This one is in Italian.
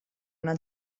una